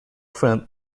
film